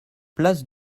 place